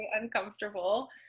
uncomfortable